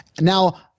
Now